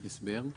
הסבר.